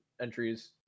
entries